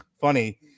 funny